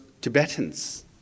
Tibetans